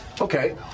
Okay